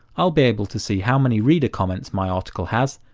i'll be able to see how many reader comments my article has,